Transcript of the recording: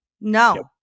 No